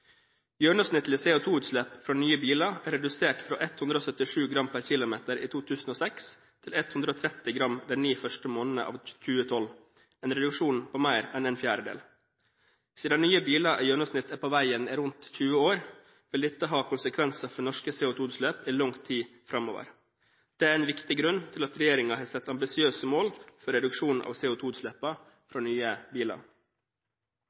Gjennomsnittlig CO2-utslipp fra nye biler er redusert fra 177 g/km i 2006 til 130 gram de ni første månedene av 2012 – en reduksjon på mer enn en fjerdedel. Siden nye biler i gjennomsnitt er på veien i rundt 20 år, vil dette ha konsekvenser for norske CO2-utslipp i lang tid framover. Det er en viktig grunn til at regjeringen har satt ambisiøse mål for reduksjon av CO2-utslippet fra nye biler.